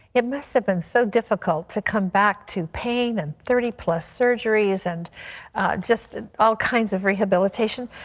it must have been so difficult to come back to pain and thirty plus surgeries and just all kinds of rehabilitation.